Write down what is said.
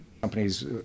Companies